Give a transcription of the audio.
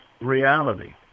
reality